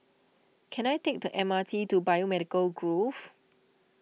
can I take the M R T to Biomedical Grove